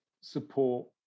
support